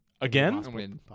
again